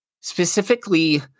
Specifically